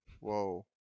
Whoa